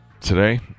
today